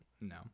No